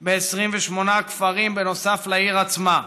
ב-28 כפרים, בנוסף לעיר עצמה,